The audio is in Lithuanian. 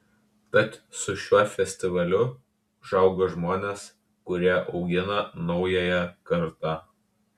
tad su šiuo festivaliu užaugo žmonės kurie augina naująją kartą